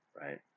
right